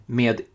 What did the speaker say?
med